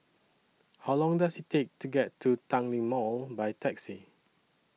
How Long Does IT Take to get to Tanglin Mall By Taxi